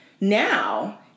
Now